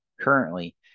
currently